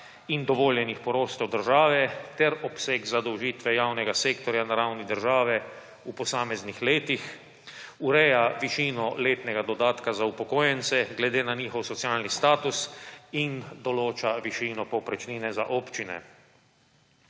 in dovoljenih poroštev države ter obseg zadolžitve javnega sektorja na ravni države v posameznih letih, ureja višino letnega dodatka za upokojence glede na njihov socialni status in določa višino povprečnine za občine.